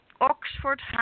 Oxford